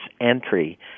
entry